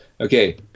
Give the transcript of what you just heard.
Okay